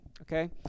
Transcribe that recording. Okay